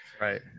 right